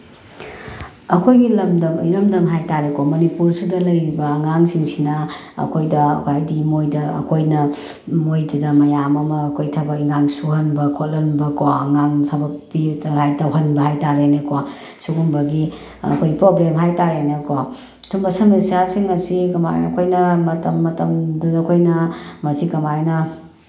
ꯑꯩꯈꯣꯏꯒꯤ ꯂꯝꯗꯝ ꯏꯔꯝꯗꯝ ꯍꯥꯏ ꯇꯥꯔꯦꯀꯣ ꯃꯅꯤꯄꯨꯔꯁꯤꯗꯩꯗ ꯂꯩꯔꯤꯕ ꯑꯉꯥꯡꯁꯤꯡꯁꯤꯅ ꯑꯩꯈꯣꯏꯗ ꯍꯥꯏꯗꯤ ꯃꯣꯏꯗ ꯑꯩꯈꯣꯏꯅ ꯃꯣꯏꯗꯗ ꯃꯌꯥꯝ ꯑꯃ ꯑꯩꯈꯣꯏ ꯊꯕꯛ ꯏꯪꯈꯥꯡ ꯁꯨꯍꯟꯕ ꯈꯣꯠꯍꯟꯕꯀꯣ ꯑꯉꯥꯡ ꯊꯕꯛꯇꯤ ꯇꯧꯍꯟꯕ ꯍꯥꯏ ꯇꯥꯔꯦꯅꯦꯀꯣ ꯁꯨꯒꯨꯝꯕꯒꯤ ꯄ꯭ꯔꯣꯕ꯭ꯂꯦꯝ ꯍꯥꯏ ꯇꯥꯔꯦꯅꯦꯀꯣ ꯁꯨꯝꯕ ꯁꯃꯁ꯭ꯌꯥꯁꯤꯡ ꯑꯁꯤ ꯀꯃꯥꯏꯅ ꯑꯩꯈꯣꯏꯅ ꯃꯇꯝ ꯃꯇꯝꯗꯨꯗ ꯑꯩꯈꯣꯏꯅ ꯃꯁꯤ ꯀꯃꯥꯏꯅ